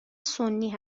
سنی